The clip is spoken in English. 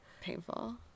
Painful